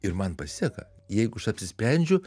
ir man pasiseka jeigu aš apsisprendžiu